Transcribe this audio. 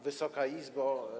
Wysoka Izbo!